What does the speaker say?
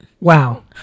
Wow